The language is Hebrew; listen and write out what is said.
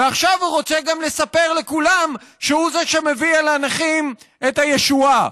ועכשיו הוא רוצה גם לספר לכולם שהוא שמביא לנכים את הישועה.